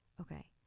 Okay